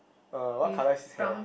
uh what color is his hair